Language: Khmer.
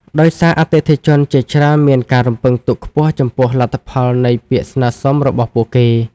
ដោយសារ អតិថិជនជាច្រើនមានការរំពឹងទុកខ្ពស់ចំពោះលទ្ធផលនៃពាក្យស្នើសុំរបស់ពួកគេ។